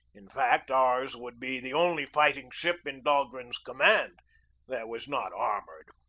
in fact, ours would be the only fighting-ship in dahlgren's command that was not armored.